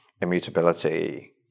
immutability